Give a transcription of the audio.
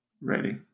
Ready